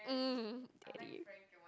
mm daddy